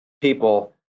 people